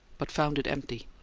but found it empty.